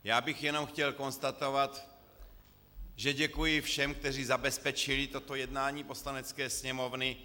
Já bych jenom chtěl konstatovat, že děkuji všem, kteří zabezpečili toto jednání Poslanecké sněmovny.